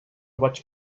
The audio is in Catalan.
vaig